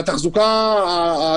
זאת אומרת שה-30 מיליון הוא החד-פעמי?